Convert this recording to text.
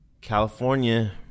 california